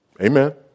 Amen